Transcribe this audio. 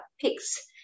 picks